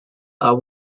are